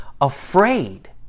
afraid